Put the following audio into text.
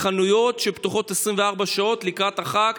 החנויות שפתוחות 24 שעות לקראת החג,